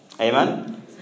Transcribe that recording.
amen